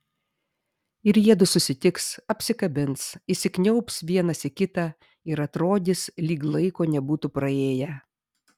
ir jiedu susitiks apsikabins įsikniaubs vienas į kitą ir atrodys lyg laiko nebūtų praėję